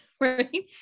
right